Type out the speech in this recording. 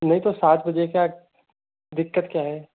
नहीं तो सात बजे का दिक्कत क्या है